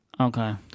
Okay